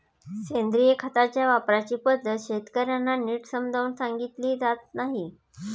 सेंद्रिय खताच्या वापराची पद्धत शेतकर्यांना नीट समजावून सांगितली जात नाही